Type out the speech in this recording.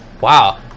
wow